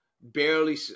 barely